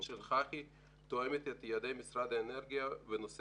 של חח"י תואמות את יעדי משרד האנרגיה בנושא